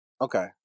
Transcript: Okay